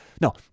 No